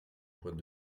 point